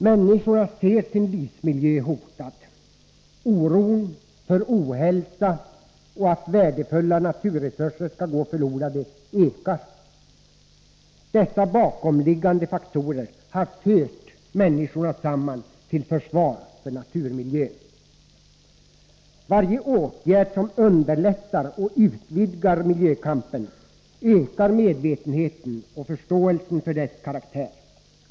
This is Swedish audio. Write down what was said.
Människorna ser sin livsmiljö hotad. Oron för ohälsa och för att värdefulla naturresurser skall gå förlorade ökar. Dessa bakomliggande faktorer har fört människorna samman till försvar av naturmiljön. Varje åtgärd som underlättar och utvidgar miljökampen ökar medvetenheten och förståelsen för dess karaktär.